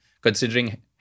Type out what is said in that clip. Considering